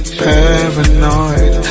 paranoid